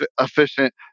efficient